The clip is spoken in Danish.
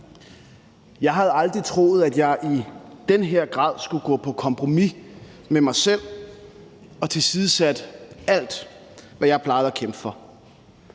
Jeg havde aldrig troet, at jeg i den her grad skulle gå på kompromis med mig selv og tilsidesætte alt, hvad jeg plejede at kæmpe for.